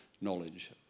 knowledge